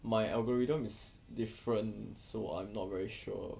my algorithm is different so I'm not very sure